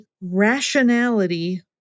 rationality